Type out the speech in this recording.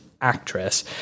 Actress